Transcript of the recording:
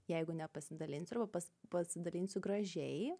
jeigu nepasidalinsiu arba pasi pasidalinsiu gražiai